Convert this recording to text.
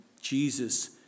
Jesus